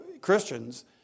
Christians